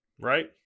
Right